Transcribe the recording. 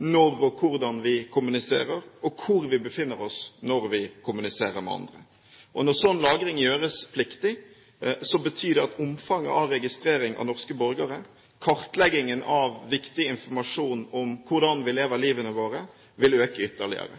når og hvordan vi kommuniserer og hvor vi befinner oss når vi kommuniserer med andre. Når sånn lagring gjøres pliktig, betyr det at omfanget av registrering av norske borgere, kartleggingen av viktig informasjon om hvordan vi lever livet vårt, vil øke ytterligere.